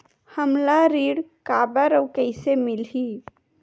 हमला ऋण काबर अउ कइसे मिलही?